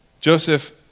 Joseph